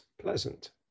pleasant